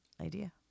idea